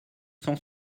cent